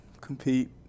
compete